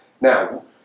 Now